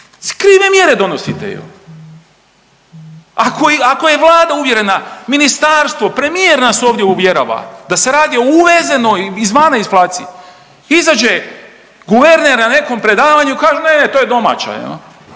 Krive mjere donosite. Ako, ako je Vlada uvjerena, ministarstvo, premijer nas ovdje uvjerava da se radi o uvezenoj, izvana inflaciji, izađe guverner na nekom predavanju, kaže ne, to je domaća.